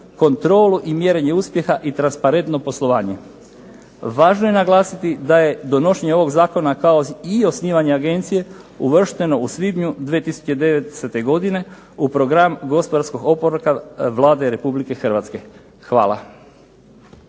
kontrolu i mjerenje uspjeha i transparentno poslovanje. Važno je naglasiti da je donošenje ovog Zakona kao i osnivanje Agencije uvršteno u svibnju 2010. godine u Program gospodarskog oporavka Vlade Republike Hrvatske. Hvala.